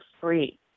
free